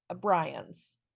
Brian's